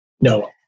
No